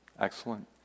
excellent